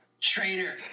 Traitor